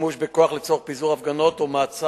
שימוש בכוח לצורך פיזור הפגנות או מעצר